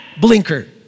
blinker